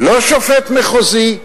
לא שופט מחוזי,